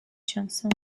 johnson